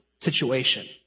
situation